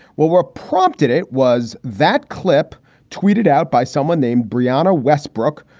well, we're prompted. it was that clip tweeted out by someone named brianna westbrooke,